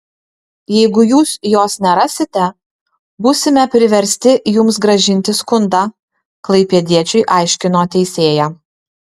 jeigu jūs jos nerasite būsime priversti jums grąžinti skundą klaipėdiečiui aiškino teisėja